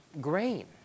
grain